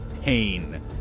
pain